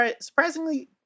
surprisingly